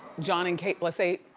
jon and kate plus eight.